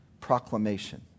proclamation